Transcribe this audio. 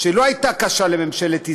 שלא הייתה קשה לממשלת ישראל,